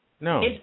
no